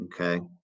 okay